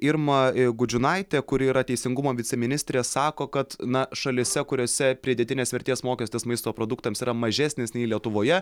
irma gudžiūnaitė kuri yra teisingumo viceministrė sako kad na šalyse kuriose pridėtinės vertės mokestis maisto produktams yra mažesnis nei lietuvoje